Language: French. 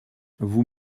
vous